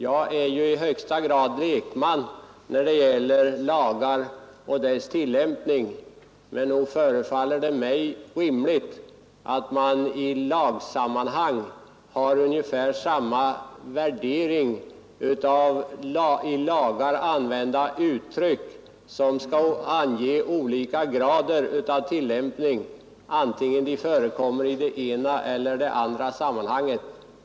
Jag är ju i högsta grad lekman i fråga om lagar och deras tillämpning, men nog förefaller det mig rimligt att man har ungefär samma värdering av i lagar använda uttryck, som skall ange olika grader, oavsett om de förekommer i det ena eller andra sammanhanget.